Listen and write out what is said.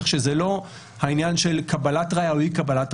כך שזה לא רק עניין של קבלת ראיה או אי-קבלתה,